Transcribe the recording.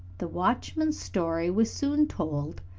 the watchman's story was soon told,